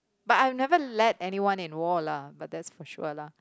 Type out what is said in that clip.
but I will never let anyone in war lah but that's for sure lah